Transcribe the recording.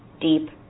deep